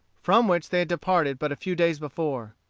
from which they had departed but a few days before.